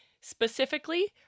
specifically